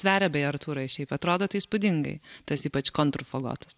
sveria beje artūrai šiaip atrodo tai įspūdingai tas ypač kontrfagotas